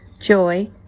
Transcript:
joy